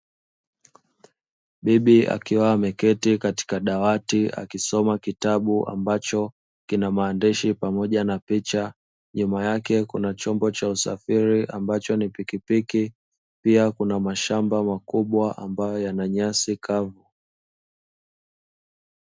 Bibi akiwa ameketi katika dawati akisoma kitabu ambacho kina maandishi pamoja na picha nyuma yake kuna chombo cha usafiri ambacho ni pikipiki, nyuma yake kuna mashamba makubwa ambayo yananyasi kavu.